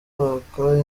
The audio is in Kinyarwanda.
kwaka